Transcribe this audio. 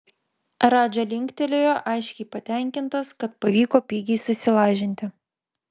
radža linktelėjo aiškiai patenkintas kad pavyko pigiai susilažinti